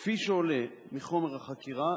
2. כפי שעולה מחומר החקירה,